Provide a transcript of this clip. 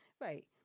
Right